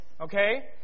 Okay